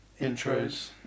intros